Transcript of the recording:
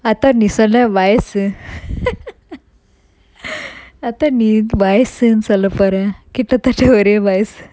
I thought நீ சொல்ல வயசு:nee solla vayasu I thought நீ வயசுன்னு சொல்ல போற கிட்டத்தட்ட ஒரே வயசு:nee vayasunnu solla pora kittathatta ore vayasu